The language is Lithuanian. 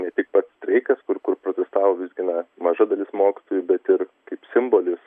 ne tik pats streikas kur kur protestavo visgi na maža dalis mokytojų bet ir kaip simbolis